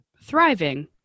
thriving